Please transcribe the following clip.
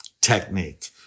technique